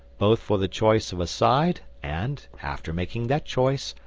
both for the choice of a side and, after making that choice,